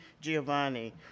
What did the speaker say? Giovanni